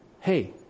hey